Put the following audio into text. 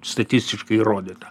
statistiškai įrodyta